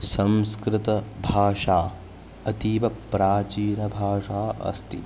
संस्कृतभाषा अतीवप्राचीनभाषा अस्ति